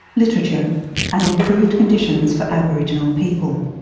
literature and improved conditions for aboriginal people.